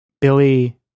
Billy